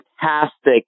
fantastic